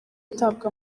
atabwa